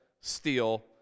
steal